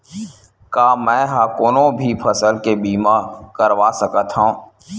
का मै ह कोनो भी फसल के बीमा करवा सकत हव?